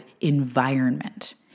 environment